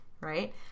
right